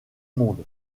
monde